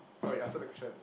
oh you answered the question